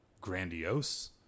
grandiose